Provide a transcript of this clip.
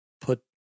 put